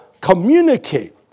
communicate